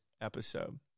episode